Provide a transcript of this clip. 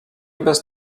bez